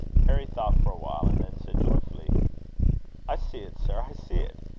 harry thought for a while, and then said joyfully i see it, sir! i see it.